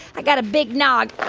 i got a big nog